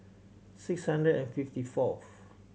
six Sunday and fifty fourth